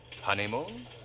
Honeymoon